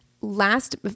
Last